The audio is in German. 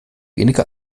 weniger